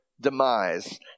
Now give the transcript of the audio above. demise